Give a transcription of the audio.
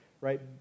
right